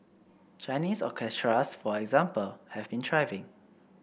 Chinese orchestras for example have been thriving